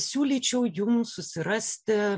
siūlyčiau jum susirasti